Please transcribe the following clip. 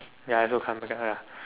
ya I don't come back ah ya ya